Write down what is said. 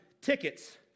Tickets